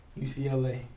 UCLA